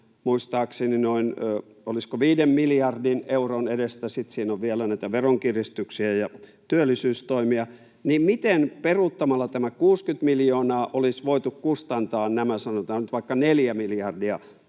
olisiko, viiden miljardin euron edestä — sitten siinä on vielä näitä veronkiristyksiä ja työllisyystoimia. Miten peruuttamalla tämä 60 miljoonaa olisi voitu kustantaa nämä, sanotaan nyt vaikka, neljä miljardia